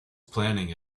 planning